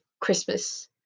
Christmas